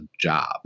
job